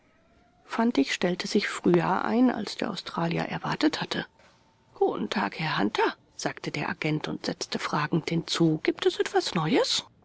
fantig stellte sich früher ein als der australier erwartet hatte guten tag herr hunter sagte der agent und setzte fragend hinzu gibt es etwas neues